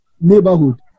neighborhood